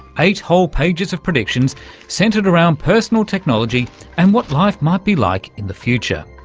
eight whole pages of predictions centred around personal technology and what life might be like in the future.